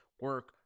Work